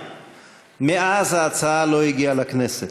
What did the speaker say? מאז ההצעה לא הגיעה לכנסת.